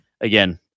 again